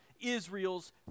Israel's